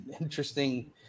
interesting